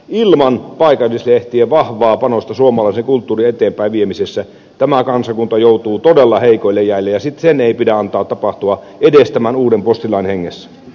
ilman paikallislehtien vahvaa panosta suomalaisen kulttuurin eteenpäinviemisessä tämä kansakunta joutuu todella heikoille jäille ja sen ei pidä antaa tapahtua edes tämän uuden postilain hengessä